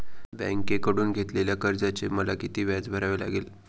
बँकेकडून घेतलेल्या कर्जाचे मला किती व्याज भरावे लागेल?